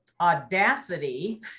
audacity